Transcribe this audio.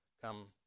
come